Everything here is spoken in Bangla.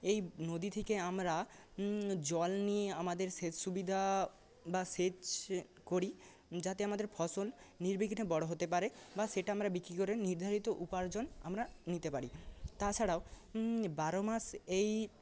এই নদী থেকে আমরা জল নিয়ে আমাদের সেচ সুবিধা বা সেচ করি যাতে আমাদের ফসল নির্বিঘ্নে বড় হতে পারে বা সেটা আমরা বিক্রি করে নির্ধারিত উপার্জন আমরা নিতে পারি তাছাড়াও বারো মাস এই